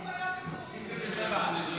אדוני היושב-ראש, כבוד השרים,